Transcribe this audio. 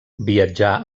viatjà